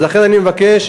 לכן אני מבקש,